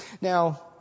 Now